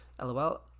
LOL